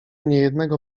niejednego